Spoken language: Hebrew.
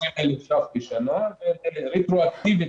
120,000 שקלים בשנה, רטרואקטיבית